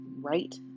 right